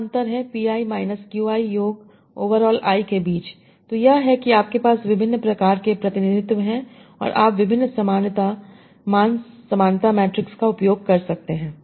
क्या अंतर है p i minus q i योग ओवर ऑल i के बीचतो यह है कि आपके पास विभिन्न प्रकार के प्रतिनिधित्व हैं और आप विभिन्न समानता मान समानता मैट्रिक्स का उपयोग कर सकते हैं